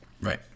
right